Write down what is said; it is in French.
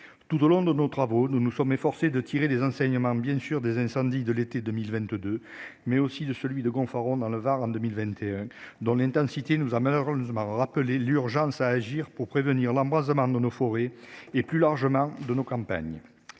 tout au long de nos travaux, nous nous sommes efforcés de tirer des enseignements bien sûr des incendies de l'été 2022 mais aussi de celui de Gonfaron dans le Var en 2021, dont l'intensité nous a malheureusement rappelé l'urgence à agir pour prévenir l'embrasement de nos forêts et plus largement de nos campagnes.